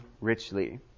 richly